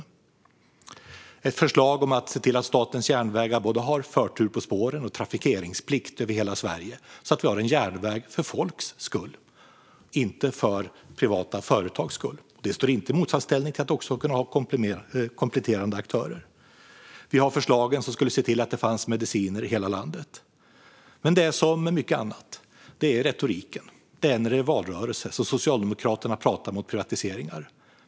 Vi har ett förslag om att se till att Statens järnvägar både har förtur på spåren och trafikeringsplikt över hela Sverige så att vi har en järnväg för folks skull, inte för privata företags skull. Detta står inte i motsatsställning till att även kunna ha kompletterande aktörer. Vi har förslagen som skulle se till att det fanns mediciner i hela landet. Men som med mycket annat handlar det om retoriken. Det är när det är valrörelse som Socialdemokraterna talar mot privatiseringar.